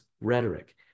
rhetoric